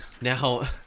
Now